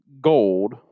gold